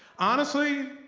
honestly